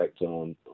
on